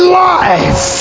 life